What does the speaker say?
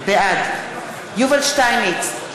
בעד יובל שטייניץ,